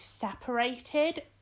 separated